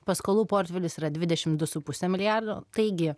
paskolų portfelis yra dvidešim du su puse su puse milijardo taigi